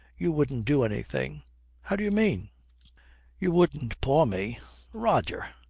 you wouldn't do anything how do you mean you wouldn't paw me roger,